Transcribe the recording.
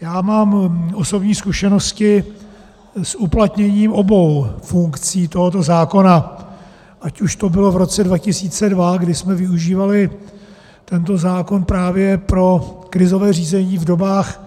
Já mám osobní zkušenosti s uplatněním obou funkcí tohoto zákona, ať už to bylo v roce 2002, kdy jsme využívali tento zákon právě pro krizové řízení v dobách